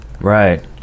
Right